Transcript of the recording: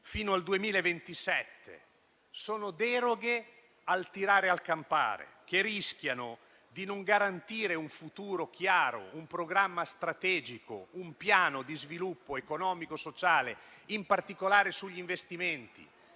Ecco alcune deroghe che emergono fino al 2027, che rischiano di non garantire un futuro chiaro, un programma strategico, un piano di sviluppo economico-sociale, in particolare sugli investimenti.